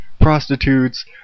prostitutes